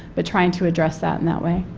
but trying to address that in that way.